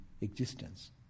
existence